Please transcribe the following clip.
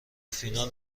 فینال